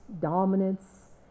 dominance